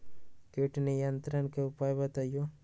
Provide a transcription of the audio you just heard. किट नियंत्रण के उपाय बतइयो?